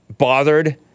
bothered